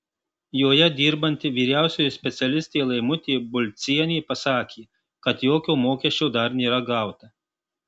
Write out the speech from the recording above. joje dirbanti vyriausioji specialistė laimutė bulcienė pasakė kad jokio mokesčio dar nėra gauta